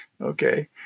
Okay